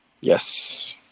Yes